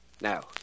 Now